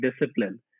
discipline